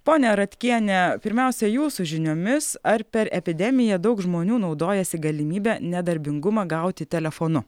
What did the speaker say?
ponia ratkiene pirmiausia jūsų žiniomis ar per epidemiją daug žmonių naudojasi galimybe nedarbingumą gauti telefonu